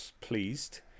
Pleased